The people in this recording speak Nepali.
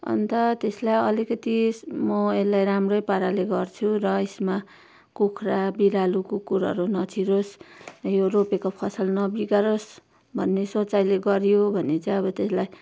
अन्त त्यसलाई अलिकिति म यसलाई राम्रै पाराले गर्छु र यसमा कुखुरा बिरालु कुकुरहरू नछिरोस् यो रोपेको फसल नबिगारोस् भन्ने सोचाइले गरियो भने चाहिँ अब त्यसलाई